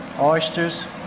oysters